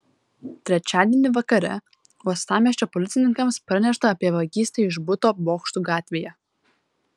trečiadienį vakare uostamiesčio policininkams pranešta apie vagystę iš buto bokštų gatvėje